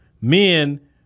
Men